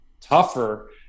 tougher